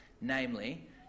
namely